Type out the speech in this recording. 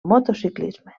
motociclisme